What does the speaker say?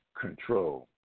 control